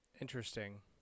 Interesting